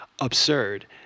absurd